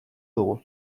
dugu